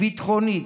ביטחונית,